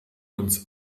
uns